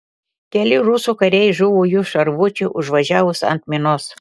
keli rusų kariai žuvo jų šarvuočiui užvažiavus ant minos